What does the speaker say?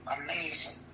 Amazing